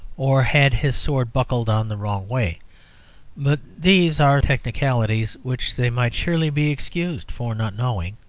or had his sword buckled on the wrong way but these are technicalities which they might surely be excused for not knowing.